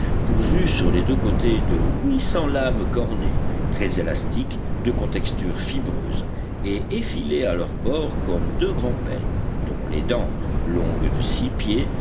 pourvue sur les deux côtés de huit cents lames cornées très élastiques de contexture fibreuse et effilées à leurs bords comme deux grands peignes dont les dents longues de six pieds